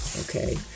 Okay